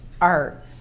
art